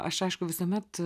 aš aišku visuomet